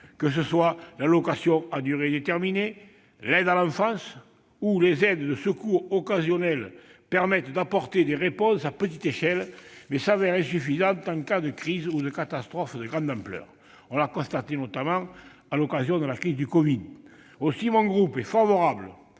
de l'allocation à durée déterminée, de l'aide sociale à l'enfance ou des secours occasionnels, permettent d'apporter des réponses à petite échelle, mais s'avèrent insuffisantes en cas de crise ou de catastrophe de grande ampleur. On l'a constaté notamment à l'occasion de la crise du covid-19. Aussi, mon groupe est favorable